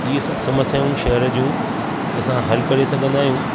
इहे सभु समस्याऊं असां शहर जूं असां हल करे सघंदा आहियूं